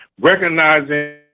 recognizing